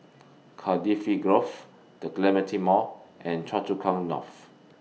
Cardifi Grove The Clementi Mall and Choa Chu Kang North